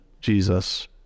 Jesus